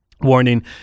warning